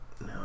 No